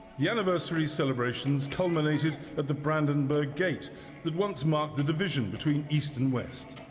the anniversary celebrations culminated at the brandenburg gate that once marked the division between east and west.